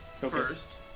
First